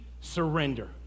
surrender